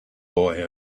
boy